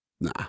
Nah